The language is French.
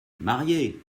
mariée